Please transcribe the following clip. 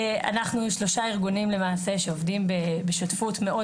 אנחנו שלושה ארגונים למעשה שעובדים בשותפות מאוד